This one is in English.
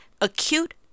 acute